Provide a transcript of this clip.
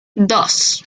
dos